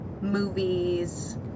movies